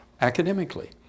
academically